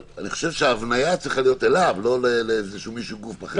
ההבניה צריכה להיות אליו, לא למישהו אחר.